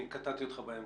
אני קטעתי אותך באמצע.